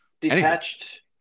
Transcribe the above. detached